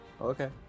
Okay